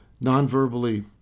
non-verbally